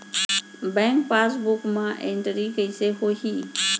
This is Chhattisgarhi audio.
बैंक पासबुक मा एंटरी कइसे होही?